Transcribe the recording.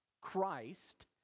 Christ